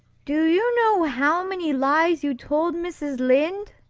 do you know how many lies you told mrs. lynde?